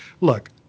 look